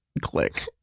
Click